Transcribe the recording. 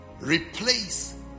replace